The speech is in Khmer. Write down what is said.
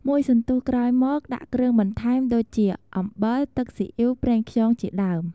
មួយសន្ទុះក្រោយមក ដាក់គ្រឿងបន្ថែមដូចជា អំបិល ទឹកស៊ីអ៊ីវប្រេងខ្យងជាដើម។